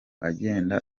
agenda